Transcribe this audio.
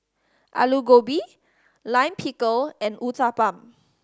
Alu Gobi Lime Pickle and Uthapam